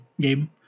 game